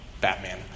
Batman